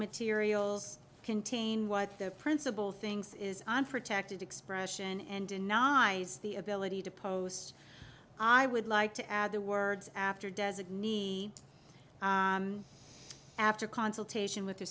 materials contain what the principal things is on protected expression and denies the ability to post i would like to add the words after designee after consultation with the